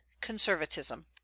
conservatism